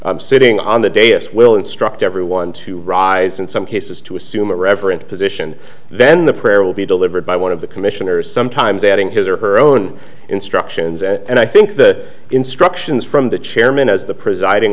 sitting on the day this will instruct everyone to rise in some cases to assume a reverent position then the prayer will be delivered by one of the commissioners sometimes adding his or her own instructions and i think the instructions from the chairman as the pres